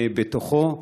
בתוכו.